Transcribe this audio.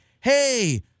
hey